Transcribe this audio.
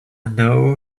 know